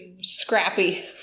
scrappy